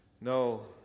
No